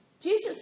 Jesus